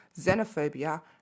Xenophobia